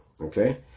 Okay